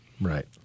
Right